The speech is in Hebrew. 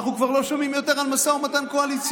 אנחנו כבר לא שומעים יותר על משא ומתן קואליציוני.